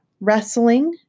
wrestling